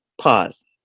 Pause